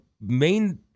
main